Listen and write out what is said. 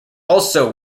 also